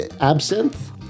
Absinthe